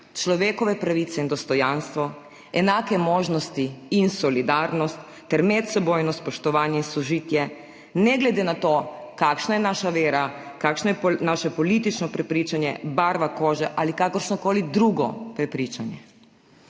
človekove pravice in dostojanstvo, enake možnosti in solidarnost ter medsebojno spoštovanje in sožitje, ne glede na to, kakšna je naša vera, kakšno je naše politično prepričanje, barva kože ali kakršnokoli drugo prepričanje.